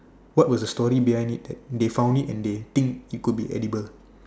what was the story that they found it and they think it could be edible